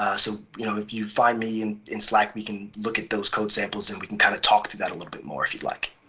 ah so you know if you find me in in slack, we can look at those code samples and we can kind of talk through that a little bit more if you'd like.